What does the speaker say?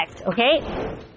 Okay